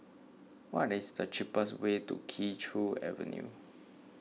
what is the cheapest way to Kee Choe Avenue